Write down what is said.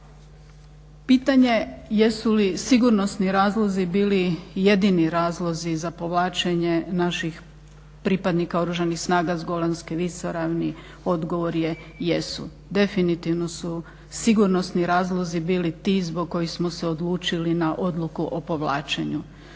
Pitanje jesu li sigurnosni razlozi bili jedini razlozi za povlačenje naših pripadnika oružanih snaga s Golanske visoravni, odgovor je jesu. Definitivno su sigurnosni razlozi bili ti zbog kojih smo se odlučili na odluku o povlačenju.